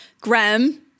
Graham